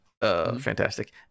Fantastic